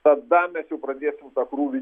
tada mes jau pradėsim tą krūvį